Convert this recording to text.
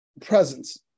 presence